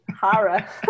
Hara